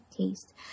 taste